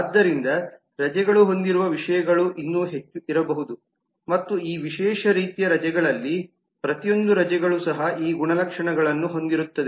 ಆದ್ದರಿಂದ ರಜೆಗಳು ಹೊಂದಿರುವ ವಿಷಯಗಳು ಇನ್ನೂ ಹೆಚ್ಚು ಇರಬಹುದು ಮತ್ತು ಈ ವಿಶೇಷ ರೀತಿಯ ರಜೆಗಳಲ್ಲಿ ಪ್ರತಿಯೊಂದೂ ರಜೆಗಳು ಸಹ ಈ ಗುಣಲಕ್ಷಣಗಳನ್ನು ಹೊಂದಿರುತ್ತದೆ